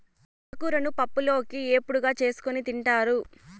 తోటకూరను పప్పులోకి, ఏపుడుగా చేసుకోని తింటారు